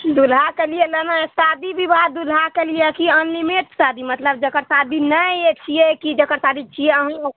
दूल्हाके लिए लेना शादी विवाह दूल्हाके लिए कि अनिनिमेट शादी मतलब जकर शादी नहि छियै कि जेकर शादी छियै अहाँ